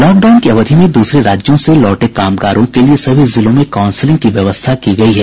lockdown की अवधि में दूसरे राज्यों से लौटे कामगारों के लिए सभी जिलों में काउंसलिंग की व्यवस्था की गयी है